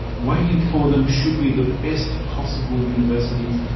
waiting for them should be the best possible universities,